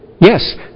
Yes